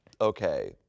Okay